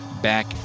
back